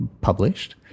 published